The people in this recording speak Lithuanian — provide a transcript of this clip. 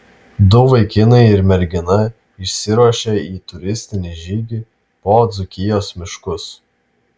du vaikinai ir mergina išsiruošia į turistinį žygį po dzūkijos miškus